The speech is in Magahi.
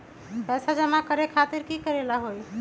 पैसा जमा करे खातीर की करेला होई?